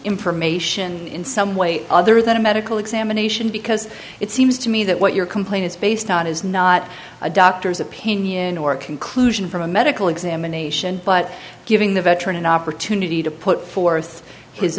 information in some way other than a medical examination because it seems to me that what your complaint is based on is not a doctor's opinion or a conclusion from a medical examination but giving the veteran an opportunity to put forth his